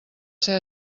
ser